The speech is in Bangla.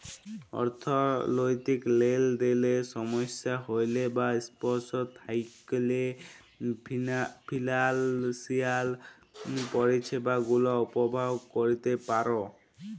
অথ্থলৈতিক লেলদেলে সমস্যা হ্যইলে বা পস্ল থ্যাইকলে ফিলালসিয়াল পরিছেবা গুলা উপভগ ক্যইরতে পার